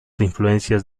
influencias